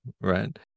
right